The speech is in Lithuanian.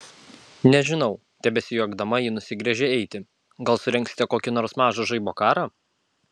nežinau tebesijuokdama ji nusigręžė eiti gal surengsite kokį nors mažą žaibo karą